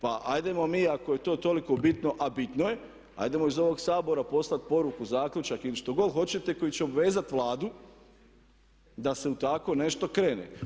Pa hajdemo mi ako je to toliko bitno a bitno je, hajdemo iz ovog Sabora poslati poruku, zaključak ili što god hoćete koji će obvezati Vladu da se u tako nešto krene.